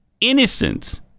innocence